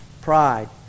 pride